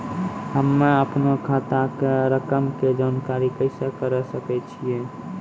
हम्मे अपनो खाता के रकम के जानकारी कैसे करे सकय छियै?